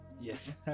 Yes